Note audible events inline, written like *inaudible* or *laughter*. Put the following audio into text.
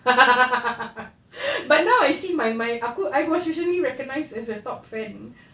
*laughs* but now I see my apa I was specially recognised as a top fan